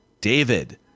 David